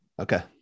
Okay